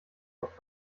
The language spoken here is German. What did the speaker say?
auf